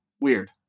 Weird